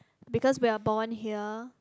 because we are born here